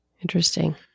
Interesting